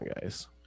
guys